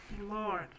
Lord